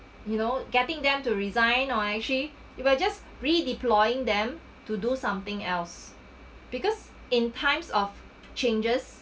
you know getting them to resign or actually you will just re-deploying them to do something else because in times of changes